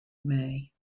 may